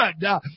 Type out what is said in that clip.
good